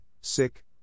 sick